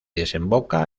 desemboca